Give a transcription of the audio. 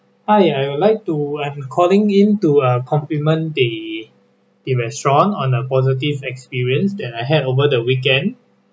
hi I would like to I calling in to uh compliment the the restaurant on a positive experience that I had over the weekend